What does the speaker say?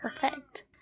perfect